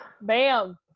bam